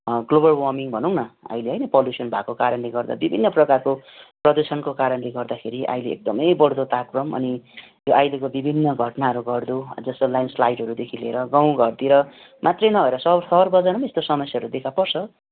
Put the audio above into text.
global warming भनौँ न अहिले होइन पल्युसन भएको कारणले गर्दा विभिन्न प्रकारको प्रदूषणको कारणले गर्दाखेरि अहिले एकदमै बढ्दो तापक्रम अनि यो अहिलेको विभिन्न घटनाहरू घट्दो जस्तो ल्यान्डस्लाइडहरूदेखि लिएर गाउँ घरतिर मात्रै नभएर स सहर बजारमा नि यस्तो समस्याहरू देखा पर्छ